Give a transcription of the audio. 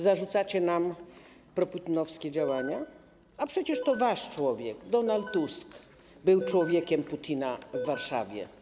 Zarzucacie nam proputinowskie działania, a przecież to wasz człowiek, Donald Tusk, był człowiekiem Putina w Warszawie.